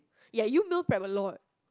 ya you meal prep a lot